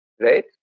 right